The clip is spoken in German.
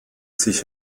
sich